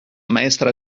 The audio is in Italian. maestra